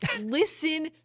Listen